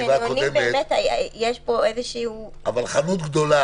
עם הקניונים יש פה איזשהו --- אבל חנות גדולה,